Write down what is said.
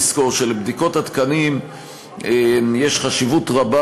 לזכור שלבדיקות התקנים יש חשיבות רבה